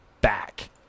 back